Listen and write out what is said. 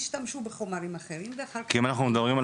השתמשו בחומרים אחרים ואחר כך כי אם אנחנו מדברים על